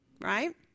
right